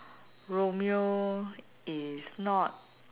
Romeo is not